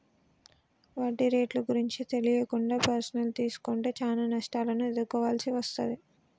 వడ్డీ రేట్లు గురించి తెలియకుండా పర్సనల్ తీసుకుంటే చానా నష్టాలను ఎదుర్కోవాల్సి వస్తది